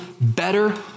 better